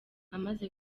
amaze